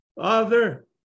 Father